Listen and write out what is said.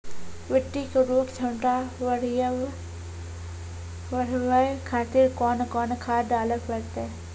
मिट्टी के उर्वरक छमता बढबय खातिर कोंन कोंन खाद डाले परतै?